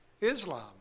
Islam